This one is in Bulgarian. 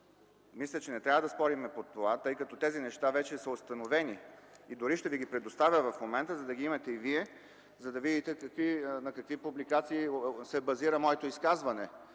Мисля, че не трябва да спорим по това, тъй като тези неща вече са установени и дори ще ви ги предоставя в момента, за да видите на какви публикации се базира моето изказване.